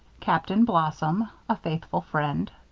captain blossom a faithful friend.